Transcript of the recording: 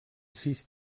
sis